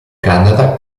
canada